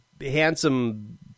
handsome